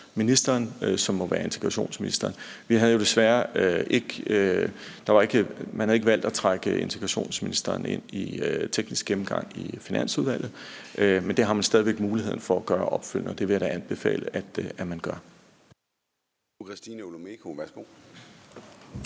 og integrationsministeren. Man havde ikke valgt at trække udlændinge- og integrationsministeren ind i den tekniske gennemgang i Finansudvalget, men det har man stadig væk mulighed for at gøre opfølgende, og det vil jeg da anbefale at man gør.